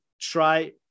try